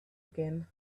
again